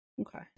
okay